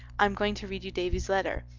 i'm going to read you davy's letter.